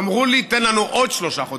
אמרו לי: תן לנו עוד שלושה חודשים.